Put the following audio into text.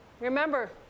remember